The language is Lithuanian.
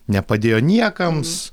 nepadėjo niekams